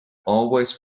always